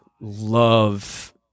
love